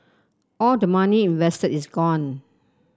all the money invested is gone